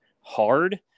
hard